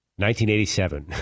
1987